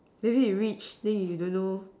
maybe he reach and then he don't know